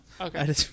Okay